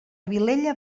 vilella